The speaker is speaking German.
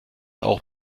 auch